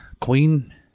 Queen